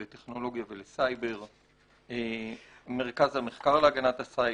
לטכנולוגיה ולסייבר, מרכז המחקר להגנת הסייבר,